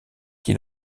qui